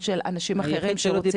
של אנשים אחרים שרוצים להציף אותן.